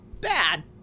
bad